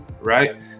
right